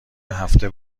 هفته